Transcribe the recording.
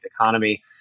economy